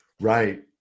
Right